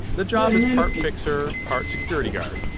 the job is part fixer, part security guard.